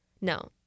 no